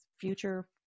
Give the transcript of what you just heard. future